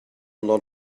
lot